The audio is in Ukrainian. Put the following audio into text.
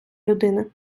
людини